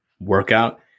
workout